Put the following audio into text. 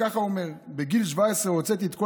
ככה הוא אומר: בגיל 17 הוצאתי את כל